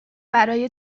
برای